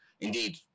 indeed